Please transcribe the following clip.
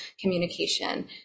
communication